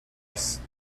است